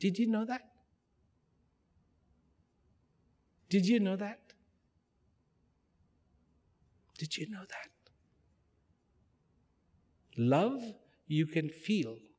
did you know that did you know that did you know that love you can feel